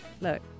look